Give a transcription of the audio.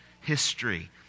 history